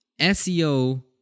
SEO